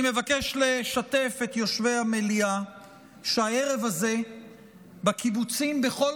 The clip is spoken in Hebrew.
אני מבקש לשתף את יושבי המליאה שהערב הזה בקיבוצים בכל